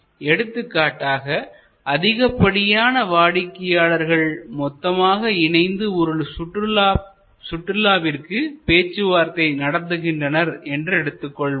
எடுத்துக்காட்டாக அதிகப்படியான வாடிக்கையாளர்கள் மொத்தமாக இணைந்து ஒரு சுற்றுலாவிற்கு பேச்சுவார்த்தை நடத்துகின்றனர் என்று எடுத்துக் கொள்வோம்